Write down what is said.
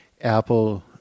Apple